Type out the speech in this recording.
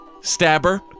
stabber